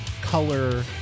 color